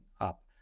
up